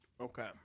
Okay